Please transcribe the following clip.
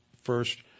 first